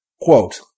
quote